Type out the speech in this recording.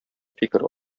фикер